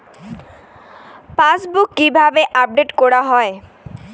Passbook কিভাবে update করা হয়?